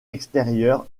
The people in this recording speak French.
extérieur